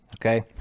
okay